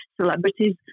celebrities